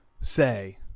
say